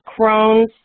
Crohn's